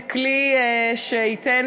זה כלי שייתן,